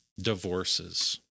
divorces